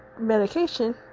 medication